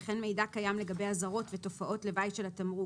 וכן מידע קיים לגבי אזהרות ותופעות לוואי של התמרוק,